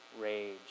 rage